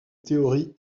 théorie